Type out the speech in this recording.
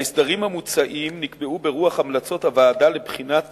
ההסדרים המוצעים נקבעו ברוח המלצות הוועדה לבחינת